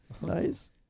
Nice